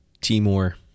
Timor